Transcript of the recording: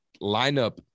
lineup